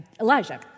Elijah